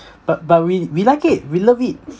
but but we we like it we love it